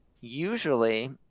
usually